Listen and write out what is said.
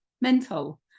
mental